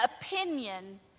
opinion